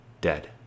dead